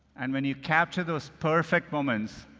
and when you capture those perfect moments,